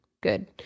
good